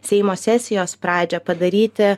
seimo sesijos pradžią padaryti